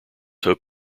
hope